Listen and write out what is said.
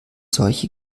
solche